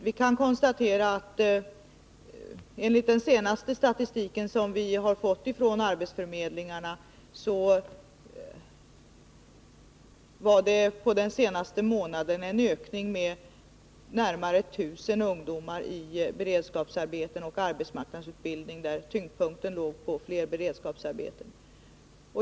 Vi kan konstatera att det i statistiken från arbetsförmedlingarna för den senaste månaden redovisades en ökning med närmare 1000 ungdomar i beredskapsarbeten och arbetsmarknadsutbildning, där tyngdpunkten låg på fler beredskapsarbeten.